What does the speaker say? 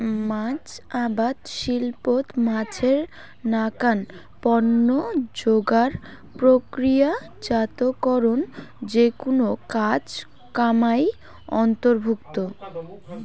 মাছ আবাদ শিল্পত মাছের নাকান পণ্য যোগার, প্রক্রিয়াজাতকরণ যেকুনো কাজ কামাই অন্তর্ভুক্ত